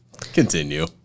Continue